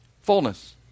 Fullness